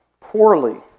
poorly